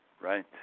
right